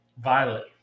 violet